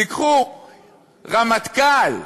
תיקחו רמטכ"ל,